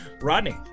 Rodney